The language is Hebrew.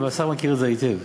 והשר מכיר את זה היטב.